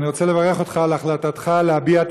אני רוצה לברך אותך על החלטתך להביע את